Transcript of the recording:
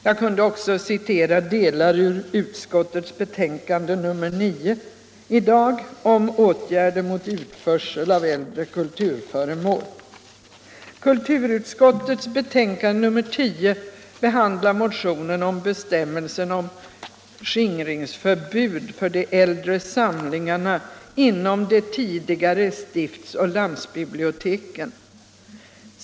Jag kunde också citera delar ur utskottets betänkande nr 9 i dag om åtgärder mot utförsel av äldre kulturföremål. Kulturutskottets betänkande nr 10 behandlar motionen om bestämmelser om skingringsförbud för de äldre samlingarna inom de tidigare stiftsoch landsbiblioteken.